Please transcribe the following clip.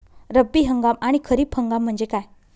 रब्बी हंगाम आणि खरीप हंगाम म्हणजे काय?